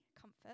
comfort